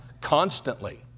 constantly